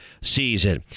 season